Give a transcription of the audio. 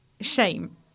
shame